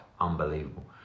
Unbelievable